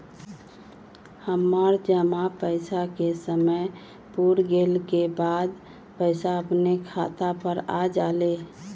हमर जमा पैसा के समय पुर गेल के बाद पैसा अपने खाता पर आ जाले?